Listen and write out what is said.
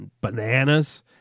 bananas